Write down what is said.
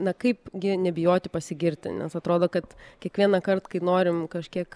na kaip gi nebijoti pasigirti nes atrodo kad kiekvienąkart kai norim kažkiek